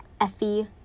Effie